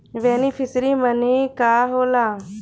Beneficiary मने का होला?